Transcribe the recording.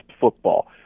football